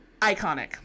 iconic